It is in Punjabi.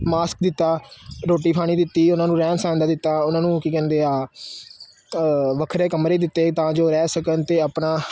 ਮਾਸਕ ਦਿੱਤਾ ਰੋਟੀ ਪਾਣੀ ਦਿੱਤੀ ਉਹਨਾਂ ਨੂੰ ਰਹਿਣ ਸਹਿਣ ਦਾ ਦਿੱਤਾ ਉਹਨਾਂ ਨੂੰ ਕੀ ਕਹਿੰਦੇ ਆ ਵੱਖਰੇ ਕਮਰੇ ਦਿੱਤੇ ਤਾਂ ਜੋ ਰਹਿ ਸਕਣ ਅਤੇ ਆਪਣਾ